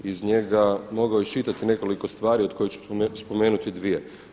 Iz njega mogu iščitati nekoliko stvari od kojih ću spomenuti dvije.